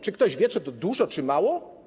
Czy ktoś wie, czy to dużo, czy mało?